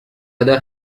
other